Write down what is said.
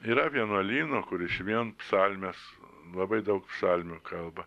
yra vienuolyno kur išvien psalmes labai daug psalmių kalba